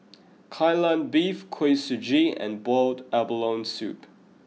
Kai Lan Beef Kuih Suji and Boiled Abalone Soup